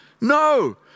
No